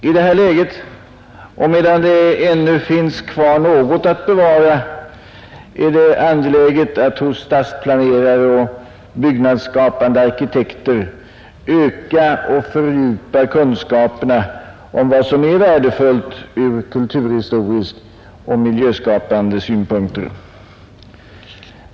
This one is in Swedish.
I det här läget och medan det ännu finns något kvar att bevara är det angeläget att hos stadsplanerare och byggnadsskapande arkitekter öka och fördjupa kunskaperna om vad som är värdefullt från kulturhistorisk och miljöskapande synpunkt.